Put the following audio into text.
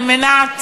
על מנת